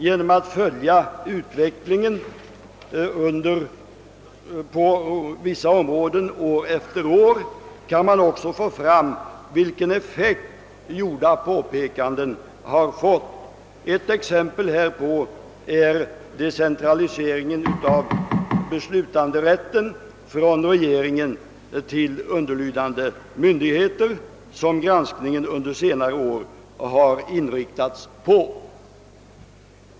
Genom att följa utvecklingen på vissa områden år efter år kan man också utröna vilken effekt gjorda påpekanden har fått. Ett exempel härpå är den decentralisering av beslutanderätten från regeringen till underlydande myndigheter, som granskningen under senare år har inriktats på.